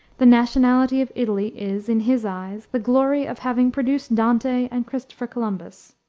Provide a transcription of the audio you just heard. the nationality of italy is, in his eyes, the glory of having produced dante and christopher columbus.